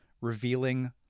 revealing